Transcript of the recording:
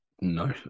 No